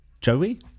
Joey